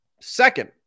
Second